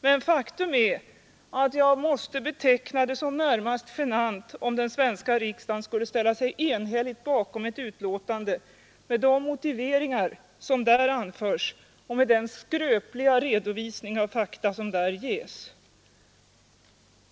Men faktum är att jag måste beteckna det som närmast genant om den svenska riksdagen skulle ställa sig enhälligt bakom ett utlåtande med de motiveringar som anförs och den skröpliga redovisning av fakta som där ges.